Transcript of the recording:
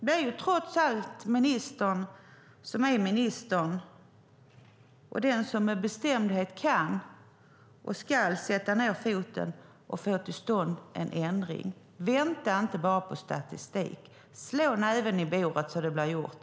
Det är trots allt ministern som är minister och den som med bestämdhet kan och ska sätta ned foten och få till stånd en ändring. Vänta inte bara på statistik, slå näven i bordet så att det blir gjort!